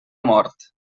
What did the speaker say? mort